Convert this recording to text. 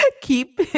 Keep